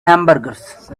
hamburgers